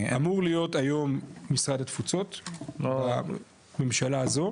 אמור להיות היום משרד התפוצות בממשלה הזו.